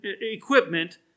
equipment